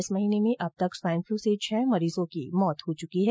इस महीने में अब तक स्वाइन फ्लू से छह मरीजों की मौत हो चुकी है